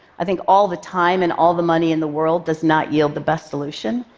i think all the time and all the money in the world does not yield the best solution,